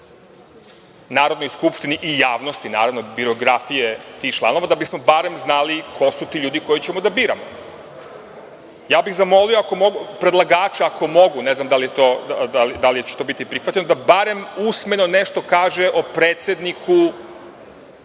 Narodnoj skupštini i javnosti biografije tih članova, da bismo barem znali ko su ti ljudi koje ćemo da biramo. Ja bih zamolio predlagača, ako mogu, ne znam da li će to biti prihvaćeno, da barem usmeno nešto kaže o sadašnjem